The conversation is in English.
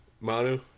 Manu